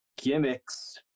gimmicks